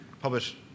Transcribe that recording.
published